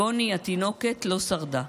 גוני התינוקת לא שרדה.